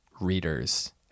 readers